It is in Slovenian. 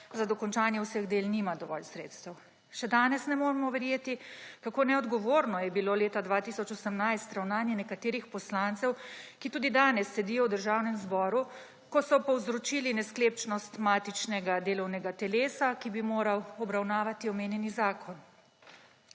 za dokončanje vseh del nima dovolj sredstev. Še danes ne moremo verjeti, kako neodgovorno je bilo leta 2018 ravnanje nekaterih poslancev, ki tudi danes sedijo v Državnem zboru, ko so povzročili nesklepčnost matičnega delovnega telesa, ki bi moralo obravnavati omenjeni zakon.